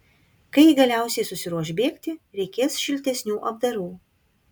kai ji galiausiai susiruoš bėgti reikės šiltesnių apdarų